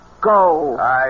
go